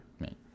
right